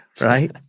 right